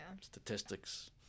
statistics